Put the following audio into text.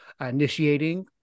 initiating